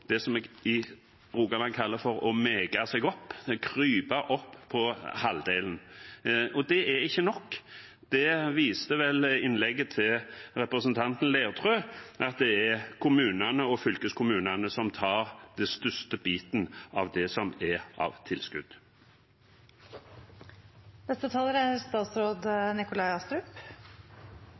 seg opp, og krype opp på halvdelen. Det er ikke nok, det viste vel innlegget til representanten Leirtrø – det er kommunene og fylkeskommunene som tar den største biten av det som er av tilskudd. Det er